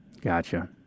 Gotcha